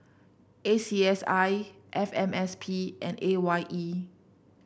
A C S I F M S P and A Y E